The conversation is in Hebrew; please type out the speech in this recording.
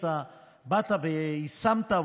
שאתה באת ויישמת,